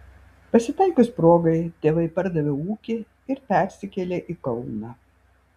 pasitaikius progai tėvai pardavė ūkį ir persikėlė į kauną